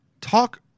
talk